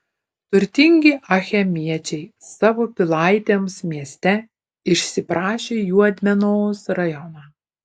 turtingi achemiečiai savo pilaitėms mieste išsiprašė juodmenos rajoną